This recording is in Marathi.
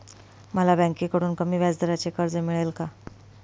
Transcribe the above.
मला बँकेकडून कमी व्याजदराचे कर्ज मिळेल का?